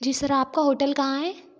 जी sir आपका hotel कहाँ है